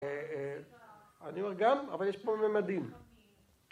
אני אומר גם, אבל יש פה ממדים